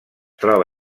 troba